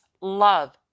love